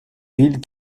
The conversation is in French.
villes